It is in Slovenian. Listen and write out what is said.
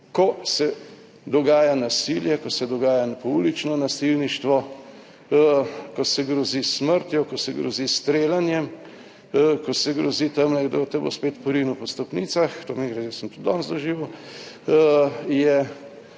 ko se dogaja nasilje, ko se dogaja poulično nasilništvo, ko se grozi s smrtjo, ko se grozi s streljanjem, ko se grozi tamle, kdo te bo spet porinil po stopnicah, to mimogrede sem tudi danes doživel, je